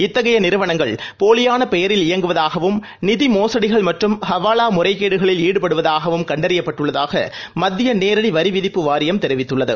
இத்தகையநிறுவனங்கள் போலியானபெயரில் இயங்குவதாகவும் நிதிமோசடிகள் மற்றும் ஹவாலாமுறைகேடுகளில் ஈடுபடுவதாகவும் கண்டறியப்பட்டுள்ளதாகவும் ம்த்தியநேரடிவரிவிதிப்பு வாரியம் தெரிவித்துள்ளது